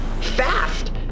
fast